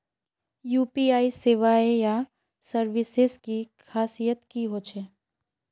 UPI सेवाएँ या services की खासियत की होचे?